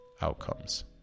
outcomes